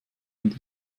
und